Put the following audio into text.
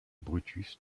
brutus